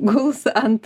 guls ant